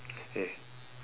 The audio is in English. !hey!